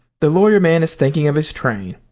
the lawyer man is thinking of his train.